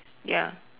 ya